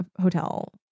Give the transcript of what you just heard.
hotel